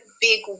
big